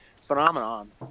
phenomenon